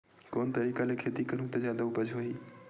कोन तरीका ले खेती करहु त जादा उपज होही?